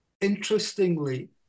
interestingly